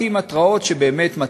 כי אם להתרעות שמטרתן